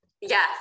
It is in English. yes